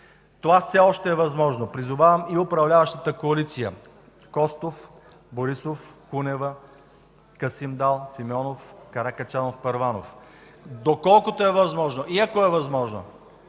Това все още е възможно. Призовавам и управляващата коалиция Костов, Борисов, Кунева, Касим Дал, Симеонов, Каракачанов, Първанов: доколкото е възможно и ако е възможно